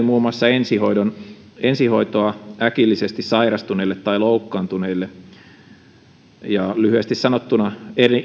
muun muassa ensihoitoa äkillisesti sairastuneille tai loukkaantuneille lyhyesti sanottuna